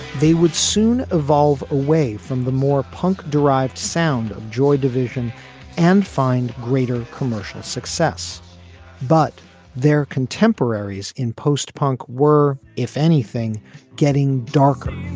they would soon evolve away from the more punk derived sound of joy division and find greater commercial success but their contemporaries in post punk were if anything getting darker